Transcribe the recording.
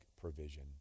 provision